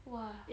!wah!